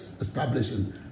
establishing